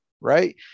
right